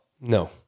no